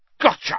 Gotcha